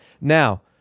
Now